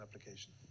application